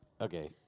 Okay